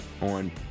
on